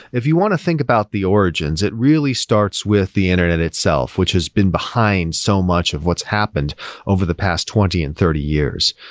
if you want to think about the origins, it really starts with the internet itself, which is been behind so much of what's happened over the past twenty and thirty years.